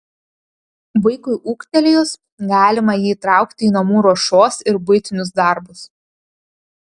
vaikui ūgtelėjus galima jį įtraukti į namų ruošos ir buitinius darbus